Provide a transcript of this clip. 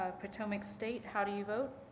ah potomac state, how do you vote?